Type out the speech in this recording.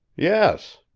yes.